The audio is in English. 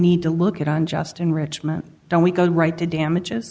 need to look at on just enrichment don't we go right to damag